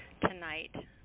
tonight